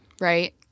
right